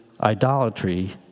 idolatry